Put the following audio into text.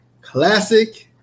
Classic